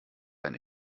eine